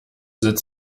sitz